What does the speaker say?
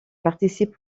participe